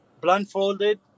blindfolded